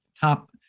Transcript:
top